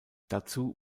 dazu